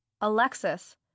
Alexis